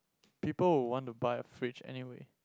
people would want to buy a fridge anyway